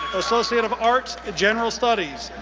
associate of arts, general studies,